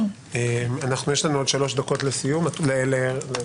יש לנו שלוש דקות לסיום לעוה"ד.